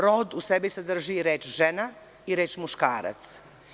Rod u sebi sadrži reč žena i reč muškarac.